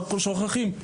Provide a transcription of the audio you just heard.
שוכחים,